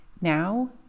now